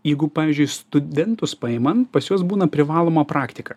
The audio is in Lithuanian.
jeigu pavyzdžiui studentus paimam pas juos būna privaloma praktika